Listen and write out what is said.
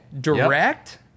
direct